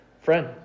friend